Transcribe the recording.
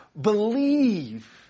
believe